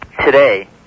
today